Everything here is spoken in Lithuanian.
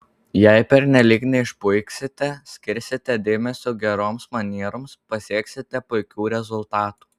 jei pernelyg neišpuiksite skirsite dėmesio geroms manieroms pasieksite puikių rezultatų